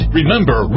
Remember